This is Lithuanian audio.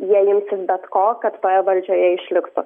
jie imsis bet ko kad toje valdžioje išliktų